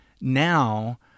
now